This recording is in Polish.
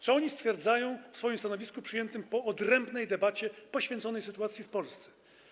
Co oni stwierdzają w swoim stanowisku przyjętym po odrębnej debacie poświęconej sytuacji w Polsce?